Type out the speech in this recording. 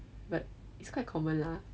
but it's quite common lah